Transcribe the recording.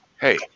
hey